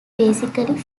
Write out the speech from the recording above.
basically